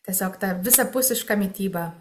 tiesiog ta visapusiška mityba